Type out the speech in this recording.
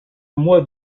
mois